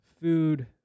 food